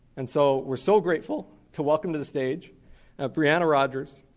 and so, we're so grateful to welcome to the stage ah brianna rogers.